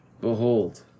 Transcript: behold